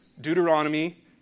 Deuteronomy